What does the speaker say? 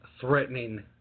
threatening